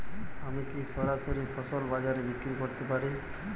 আমি কি সরাসরি ফসল বাজারে বিক্রি করতে পারি?